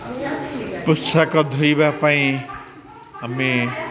ପୋଷାକ ଧୋଇବା ପାଇଁ ଆମେ